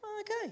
Okay